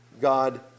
God